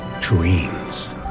dreams